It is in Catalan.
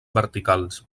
verticals